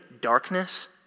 darkness